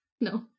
No